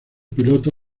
piloto